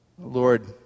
Lord